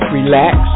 relax